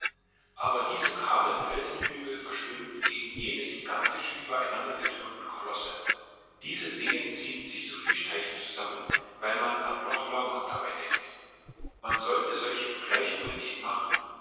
aber diese kahlen felsenhügel verschwinden gegen jene gigantisch übereinandergetürmten kolosse diese seen ziehen sich zu fischteichen zusammen wenn man an loch lomond dabei denkt man sollte solche vergleichungen nicht machen